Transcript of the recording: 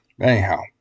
Anyhow